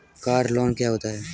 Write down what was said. Car loan क्या होता है?